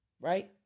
right